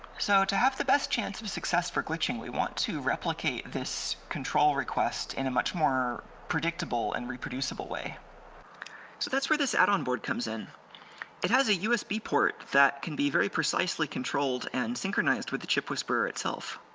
so to have the best chance of success for glitching we want to replicate this control request in a much more predictable and reproducible way so that's where this add-on board comes in it has a usb port that can be very precisely controlled and synchronized with the chipwhisperer itself.